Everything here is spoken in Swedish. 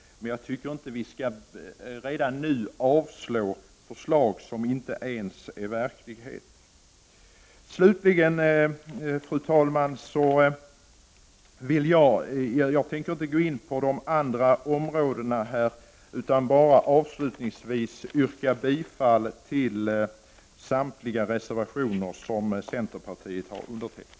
Jag tycker inte att vi redan nu skall avslå förslag som inte ens är verklighet. Fru talman! Jag tänker inte gå in på de andra områdena här, utan jag vill bara avslutningsvis yrka bifall till samtliga reservationer som centerpartiet har undertecknat.